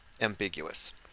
ambiguous